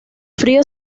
frío